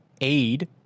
aid